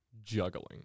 juggling